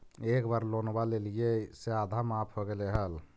एक बार लोनवा लेलियै से आधा माफ हो गेले हल?